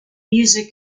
music